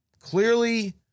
Clearly